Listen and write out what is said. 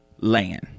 land